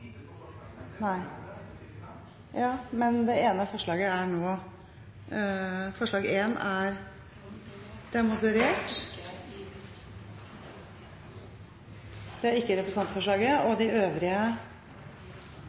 ja likevel. Det er også en utfordring. Det er ikke